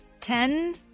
Ten